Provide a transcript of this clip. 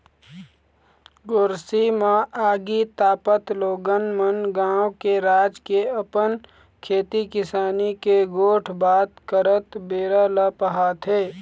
गोरसी म आगी तापत लोगन मन गाँव के, राज के, अपन खेती किसानी के गोठ बात करत बेरा ल पहाथे